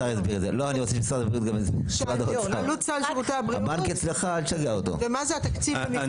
סל שירותי הבריאות ומה זה התקציב למבחני התמיכה.